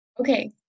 Okay